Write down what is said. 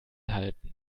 halten